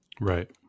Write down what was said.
Right